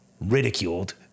ridiculed